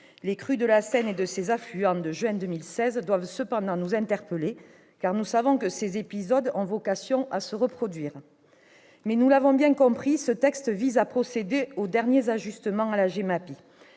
Les crues de la Seine et de ses affluents en juin 2016 doivent cependant nous interpeller, car nous savons que ces épisodes ont vocation à se reproduire. Nous l'avons bien compris, ce texte vise à procéder aux derniers ajustements de la GEMAPI.